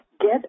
Get